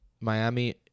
Miami